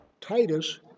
Titus